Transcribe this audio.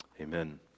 Amen